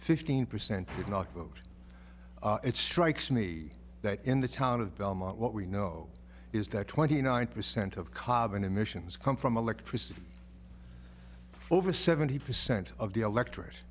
fifteen percent would not vote it strikes me that in the town of belmont what we know is that twenty nine percent of kobrin emissions come from electricity over seventy percent of the elect